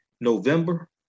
November